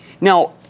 Now